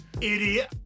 idiot